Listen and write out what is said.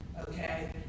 okay